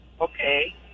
okay